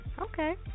Okay